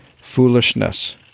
foolishness